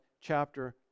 chapter